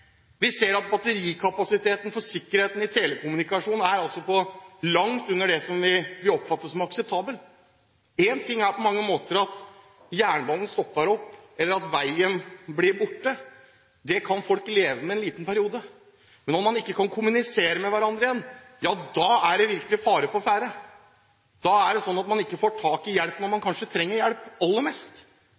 Vi ser at batterikapasiteten for sikkerheten i telekommunikasjon er langt under det vi oppfatter som akseptabel. Én ting er at jernbanen stopper opp, eller at veien blir borte – det kan folk leve med en liten periode – men når man ikke kan kommunisere med hverandre igjen, da er det virkelig fare på ferde. Da er det slik at man ikke får tak i hjelp når man kanskje trenger hjelp aller mest.